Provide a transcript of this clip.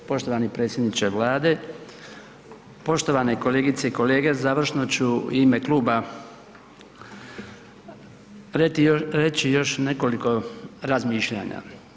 Poštovani predsjedniče Vlade, poštovane kolegice i kolege završno ću u ime kluba reći još nekoliko razmišljanja.